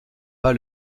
pas